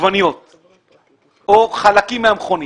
עגבניות או חלקים מהמכונית.